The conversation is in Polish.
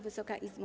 Wysoka Izbo!